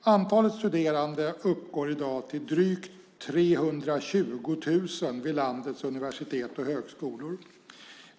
Antalet studerande uppgår i dag till drygt 320 000 vid landets universitet och högskolor.